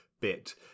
bit